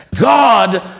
God